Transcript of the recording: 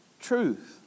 truth